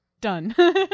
Done